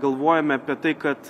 galvojame apie tai kad